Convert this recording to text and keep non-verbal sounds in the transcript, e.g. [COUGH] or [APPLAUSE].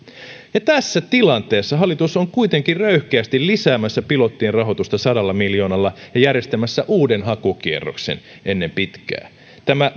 ja tässä tilanteessa hallitus on kuitenkin röyhkeästi lisäämässä pilottien rahoitusta sadalla miljoonalla ja järjestämässä uuden hakukierroksen ennen pitkää tämä [UNINTELLIGIBLE]